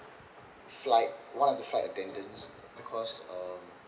flight one of the flight attendants because um